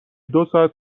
دوساعت